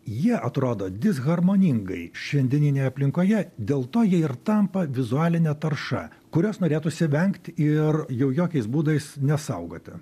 jie atrodo disharmoningai šiandieninėje aplinkoje dėl to jie ir tampa vizualine tarša kurios norėtųsi vengti ir jau jokiais būdais nesaugoti